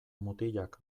mutilak